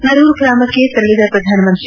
ನರೂರ್ ಗ್ರಾಮಕ್ಕೆ ತೆರಳದ ಪ್ರಧಾನಮಂತ್ರಿ